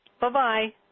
Bye-bye